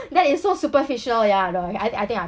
that is so superficial ya no I I think I